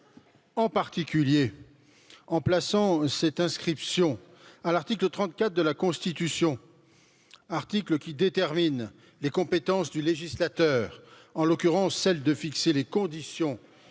en particulier en plaçant cette inscription à l'article trente quatre de la constitution article qui détermine les compétences du législateur en l'occurrence celle de fixer les conditions